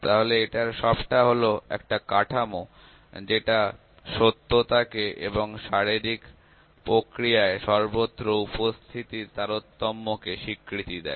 তাহলে এটার সবটা হলো একটা কাঠামো যেটা সত্যতাকে এবং শারীরিক প্রক্রিয়ায় সর্বত্র উপস্থিতির তারতম্য কে স্বীকৃতি দেয়